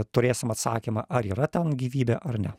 turėsim atsakymą ar yra ten gyvybė ar ne